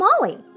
Molly